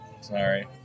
Sorry